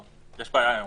יש בעיה היום.